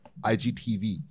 IGTV